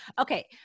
Okay